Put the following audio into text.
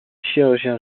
chirurgien